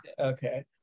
Okay